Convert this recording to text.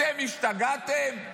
אתם השתגעתם?